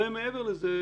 מעבר לזה,